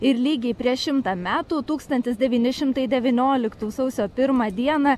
ir lygiai prieš šimtą metų tūkstantis devyni šimtai devynioliktų sausio pirmą dieną